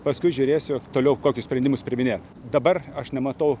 paskui žiūrėsiu toliau kokius sprendimus priiminėt dabar aš nematau